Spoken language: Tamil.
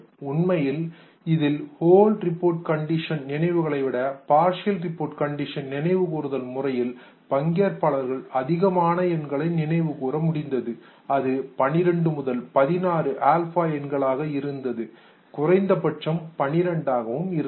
உண்மையில் இதில் ஹோல் ரிப்போர்ட் கண்டிஷன் நினைவுகளை விட பார்சியல் ரிப்போர்ட் கண்டிஷன் நினைவுகூர்தல் முறையில் பங்கேற்பாளர்கள் அதிகமான எண்களை நினைவுகூர முடிந்தது அது 12 முதல் 16 ஆல்பா எண்களாக இருந்தது குறைந்தபட்சம் 12 இருந்தது